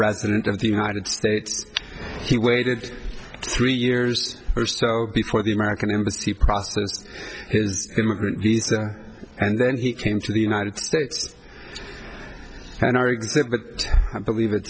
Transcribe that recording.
resident of the united states he waited three years or so before the american embassy process his immigrant visa and then he came to the united states and our exhibit believe it